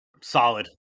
Solid